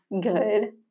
good